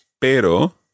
pero